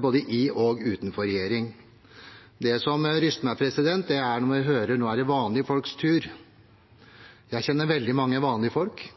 både i og utenfor regjering. Det som ryster meg, er når jeg hører at nå er det vanlige folks tur. Jeg kjenner veldig mange vanlige folk.